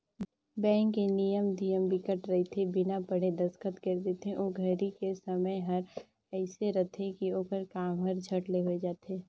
bank के नियम धियम बिकट रहिथे बिना पढ़े दस्खत कर देथे ओ घरी के समय हर एइसे रहथे की ओखर काम हर झट ले हो जाये